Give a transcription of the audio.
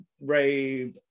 ray